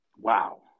wow